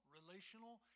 relational